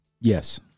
Yes